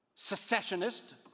Secessionist